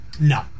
No